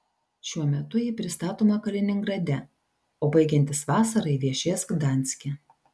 šiuo metu ji pristatoma kaliningrade o baigiantis vasarai viešės gdanske